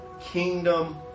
kingdom